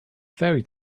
fairy